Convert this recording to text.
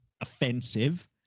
offensive